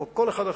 כמו כל אחד אחר.